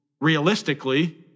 realistically